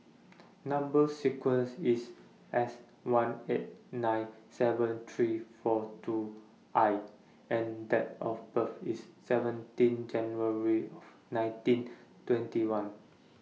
Number sequence IS S one eight nine seven three four two I and Date of birth IS seventeen January of nineteen twenty one